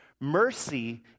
Mercy